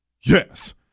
Yes